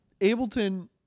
Ableton